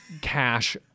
cash